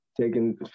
taking